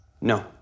No